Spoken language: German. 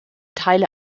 teile